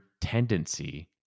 tendency